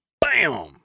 Bam